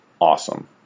awesome